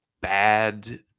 bad